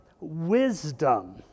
wisdom